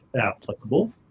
applicable